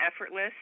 effortless